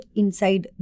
inside